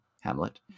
Hamlet